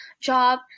job